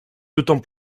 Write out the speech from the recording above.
d’autant